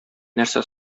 нәрсә